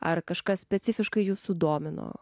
ar kažkas specifiškai jus sudomino